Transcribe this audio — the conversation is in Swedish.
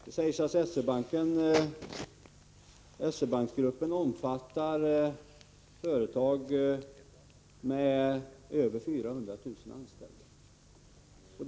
Det sägs att SE-banksgruppen omfattar företag med över 400 000 anställda.